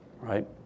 right